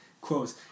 Quotes